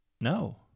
No